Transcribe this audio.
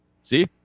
See